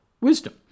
wisdom